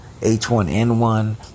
H1N1